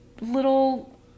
little